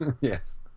Yes